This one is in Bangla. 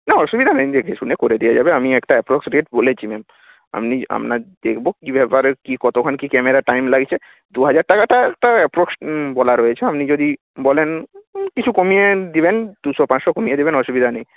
না অসুবিধা নেই দেখেশুনে করে দেওয়া যাবে আমি একটা অ্যাপ্রক্স রেট বলেছি ম্যাম আপনি আপনার দেখব কী ব্যাপারের কী কতক্ষণ কী ক্যামেরার টাইম লাগছে দু হাজার টাকাটা একটা অ্যাপ্রক্স বলা রয়েছে আপনি যদি বলেন কিছু কমিয়ে দেবেন দুশো পাঁচশো কমিয়ে দেবেন অসুবিধা নেই